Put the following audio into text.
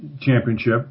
championship